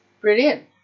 brilliant